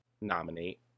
nominate